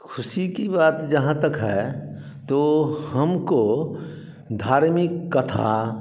ख़ुशी की बात जहाँ तक है तो हमको धार्मिक कथा